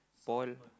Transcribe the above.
fall